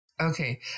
Okay